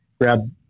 grab